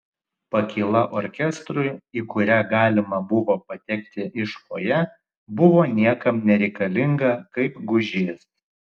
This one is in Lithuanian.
pakyla orkestrui į kurią galima buvo patekti iš fojė buvo niekam nereikalinga kaip gūžys